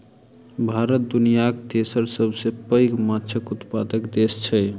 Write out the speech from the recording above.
भारत दुनियाक तेसर सबसे पैघ माछक उत्पादक देस छै